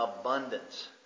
abundance